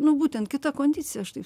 nu būtent kita kondicija aš taip